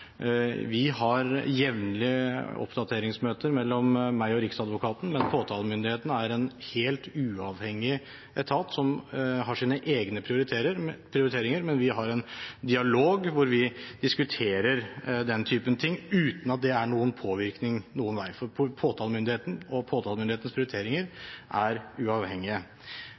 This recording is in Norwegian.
har jevnlig oppdateringsmøter med Riksadvokaten. Påtalemyndigheten er en helt uavhengig etat som har sine egne prioriteringer, men vi har en dialog hvor vi diskuterer den typen ting, uten at det er noen påvirkning noen vei. Påtalemyndigheten, og påtalemyndighetens prioriteringer, er